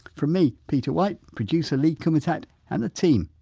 from me, peter white producer lee kumutat and the team,